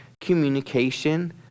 communication